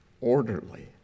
Orderly